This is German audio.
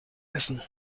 essen